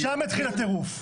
שם התחיל הטירוף.